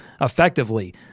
effectively